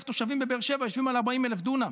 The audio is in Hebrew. תושבים בבאר שבע יושבים על 40,000 דונם.